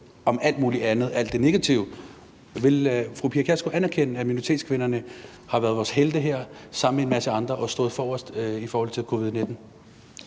om alt muligt andet – alt det negative – men vil fru Pia Kjærsgaard anerkende, at minoritetskvinderne har været vores helte her sammen med en masse andre og stået forrest i forhold til covid-19?